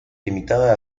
limitada